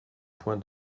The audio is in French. point